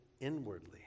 inwardly